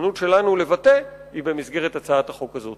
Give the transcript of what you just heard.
ההזדמנות שלנו לבטא היא במסגרת הצעת החוק הזאת.